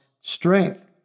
strength